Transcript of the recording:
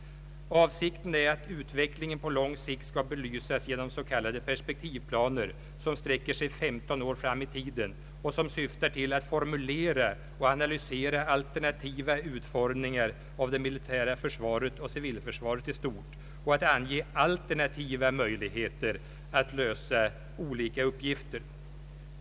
Avsikten är att utvecklingen på lång sikt skall belysas genom s.k. perspektivplaner, som sträcker sig 15 år fram i tiden och som syftar till att formulera och analysera alternativa utformningar av det militära försvaret och civilförsvaret i stort samt att ange alternativa möjligheter att lösa olika uppgifter.